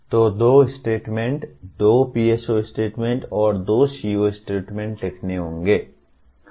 तो दो स्टेटमेंट दो PSO स्टेटमेंट और दो CO स्टेटमेंट लिखने होंगे